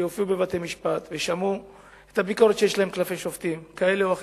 שהופיעו בבתי-משפט ושמעו את הביקורת שיש להם כלפי שופטים כאלה או אחרים,